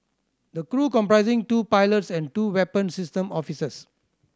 the crew comprising two pilots and two weapon system officers